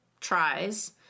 tries